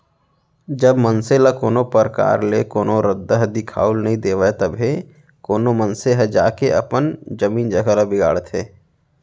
जब मनसे ल कोनो परकार ले कोनो रद्दा ह दिखाउल नइ देवय तभे कोनो मनसे ह जाके अपन जमीन जघा ल बिगाड़थे